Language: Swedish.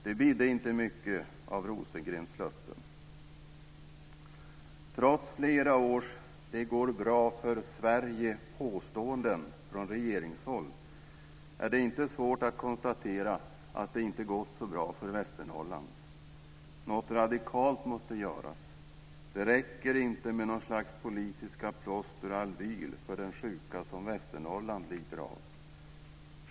Det bidde inte mycket av Rosengrens löften. Trots flera års det-går-bra-för-Sverige-påståenden från regeringshåll är det inte svårt att konstatera att det inte gått så bra för Västernorrland. Något radikalt måste göras. Det räcker inte med något slags politiska plåster och Albyl för den sjuka som Västernorrland lider av.